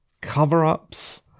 cover-ups